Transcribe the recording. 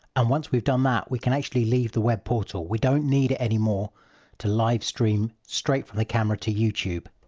and once we've done that we can actually leave the web portal, we don't need it anymore to live stream straight from the camera to youtube.